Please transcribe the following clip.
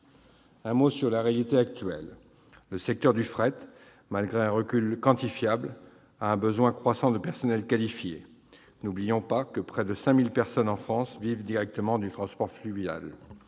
Un mot sur la réalité actuelle : le secteur du fret, malgré un recul quantifiable, a un besoin croissant de personnel qualifié. N'oublions pas que près de 5 000 personnes en France vivent directement du transport fluvial.